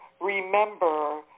remember